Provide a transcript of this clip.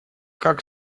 как